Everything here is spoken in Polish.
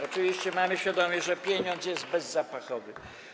Oczywiście mamy świadomość, że pieniądz jest bezzapachowy.